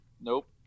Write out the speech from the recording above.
Nope